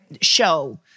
show